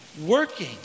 Working